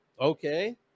okay